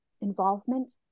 involvement